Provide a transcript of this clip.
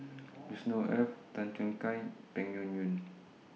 Yusnor Ef Tan Choo Kai Peng Yuyun